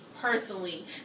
personally